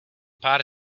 pár